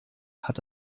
hat